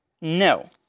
no